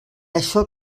això